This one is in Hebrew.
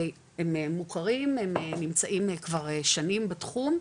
והם מוכרים, הם נמצאים כבר שנים בתחום.